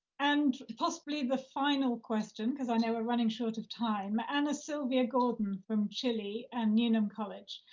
and possibly the final question because i know we're running short of time. anna sylvia gordon from chile, and newnham college.